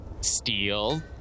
steel